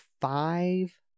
five